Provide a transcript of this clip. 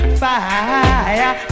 fire